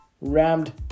Rammed